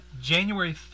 January